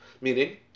Meaning